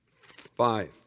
Five